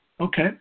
Okay